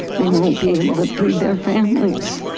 they won't be able to feed their families.